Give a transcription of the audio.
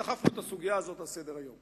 דחפנו את הסוגיה הזאת על סדר-היום.